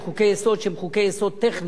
יש מערכת של חוקי-יסוד שהם חוקי-יסוד טכניים,